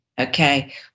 okay